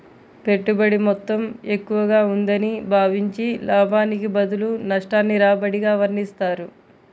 పెట్టుబడి మొత్తం ఎక్కువగా ఉందని భావించి, లాభానికి బదులు నష్టాన్ని రాబడిగా వర్ణిస్తారు